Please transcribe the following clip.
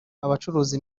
abacuruza